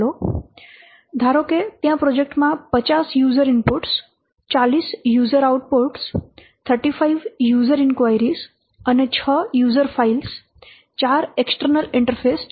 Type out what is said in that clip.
ત્યાં ધારો કે પ્રોજેક્ટમાં 50 user inputs 40 user output 35 user inquiries અને 6 યુઝર ફાઇલ્સ 4 એક્સટરનલ ઇન્ટરફેસ છે